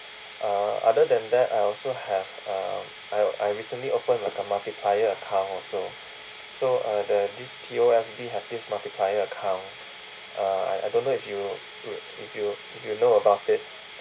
uh other than that I also have a I I recently opened like a multiplier account also so uh the this P_O_S_B have this multiplier account uh I I don't know if you if you if you know about it